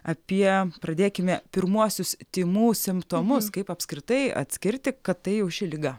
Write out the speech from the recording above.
apie pradėkime pirmuosius tymų simptomus kaip apskritai atskirti kad tai jau ši liga